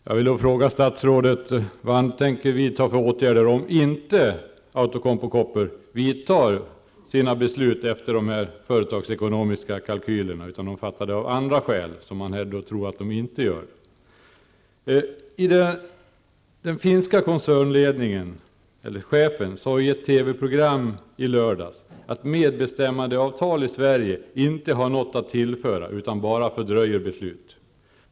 Fru talman! Jag vill fråga statsrådet vilka åtgärder han tänker vidta om Outokumpu Copper inte fattar sina beslut i enlighet med företagsekonomiska kalkyler utan fattar dem av andra skäl. Sverige inte har något att tillföra utan bara fördröjer besluten.